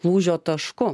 lūžio tašku